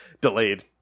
Delayed